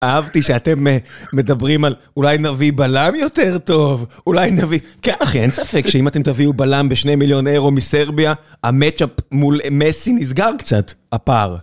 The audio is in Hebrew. אהבתי שאתם מדברים על אולי נביא בלם יותר טוב. אולי נביא... כן, אחי, אין ספק שאם אתם תביאו בלם בשני מיליון אירו מסרביה, המצ'אפ מול אמסין נסגר קצת הפער.